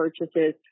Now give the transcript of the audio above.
purchases